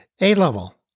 A-level